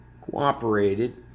cooperated